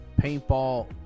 paintball